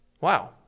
wow